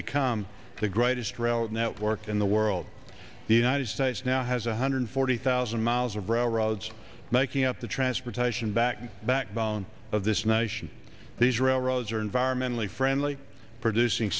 become the greatest rail network in the world the united states now has one hundred forty thousand miles of railroads making up the transportation back backbone of this nation these railroads are environmentally friendly producing